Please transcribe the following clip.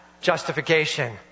justification